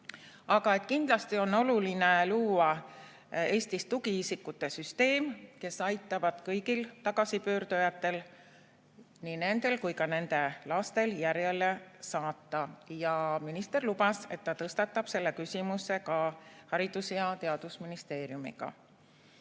Aga kindlasti on oluline luua Eestis tugiisikute süsteem, kes aitavad kõigil tagasipöördujatel, nii nendel kui ka nende lastel järjele saada. Minister lubas, et ta tõstatab selle küsimuse ka Haridus‑ ja Teadusministeeriumiga